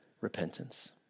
repentance